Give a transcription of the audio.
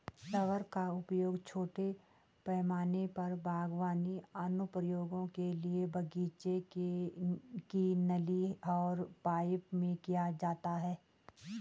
rubber का उपयोग छोटे पैमाने पर बागवानी अनुप्रयोगों के लिए बगीचे की नली और पाइप में किया जाता है